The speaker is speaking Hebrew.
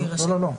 לא.